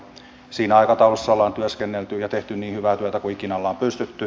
siinä aikataulussa ollaan työskennelty ja tehty niin hyvää työtä kuin ikinä ollaan pystytty